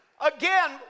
Again